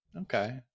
Okay